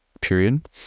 period